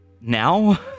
Now